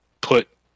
put